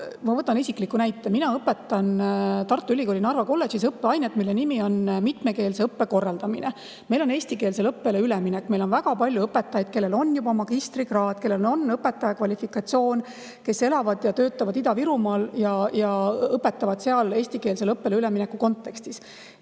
ma võtan isikliku näite. Mina õpetan Tartu Ülikooli Narva Kolledžis õppeainet "Mitmekeelse õppe korraldamine". Meil on eestikeelsele õppele üleminek, meil on väga palju õpetajaid, kellel on juba magistrikraad, kellel on õpetaja kvalifikatsioon, kes elavad ja töötavad Ida-Virumaal ning õpetavad seal eestikeelsele õppele ülemineku kontekstis.